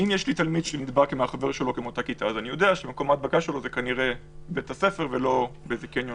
אני נותן לך גם לשאול.